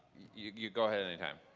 yeah go ahead anytime.